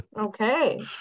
Okay